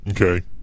Okay